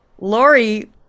Lori